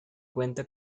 cuenta